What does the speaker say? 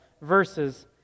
verses